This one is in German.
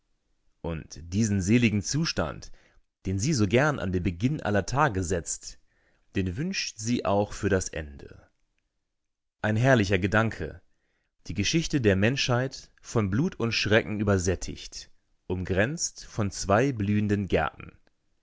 und diesen seligen zustand den sie so gern an den beginn aller tage setzt den wünscht sie auch für das ende ein herrlicher gedanke die geschichte der menschheit von blut und schrecken übersättigt umgrenzt von zwei blühenden gärten